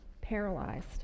paralyzed